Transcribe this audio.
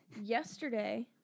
Yesterday